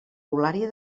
eulària